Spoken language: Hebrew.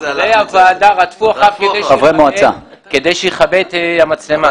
חברי הוועדה רדפו אחריו כדי שיכבה את המצלמה.